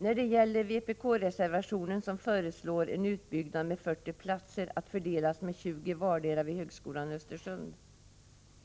När det gäller vpk-reservationen, där man föreslår en utbyggnad av påbyggnadslinjen fortbildning i socialt behandlingsarbete med 40 platser att fördelas med 20 platser vardera vid högskolorna i Östersund